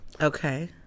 Okay